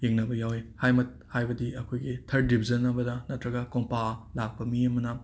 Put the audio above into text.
ꯌꯦꯡꯅꯕ ꯌꯥꯎꯋꯦ ꯍꯥꯏ ꯃꯠ ꯍꯥꯏꯕꯗꯤ ꯑꯩꯈꯣꯏꯒꯤ ꯊꯔꯠ ꯗꯤꯕꯤꯖꯟ ꯑꯃꯗ ꯅꯠꯇ꯭ꯔꯒ ꯀꯣꯝꯄꯥ ꯂꯥꯛꯄ ꯃꯤ ꯑꯃꯅ